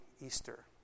Easter